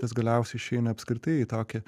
tas galiausai išeina apskritai į tokį